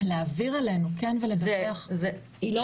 להעביר אלינו ולדווח --- היא לא פה?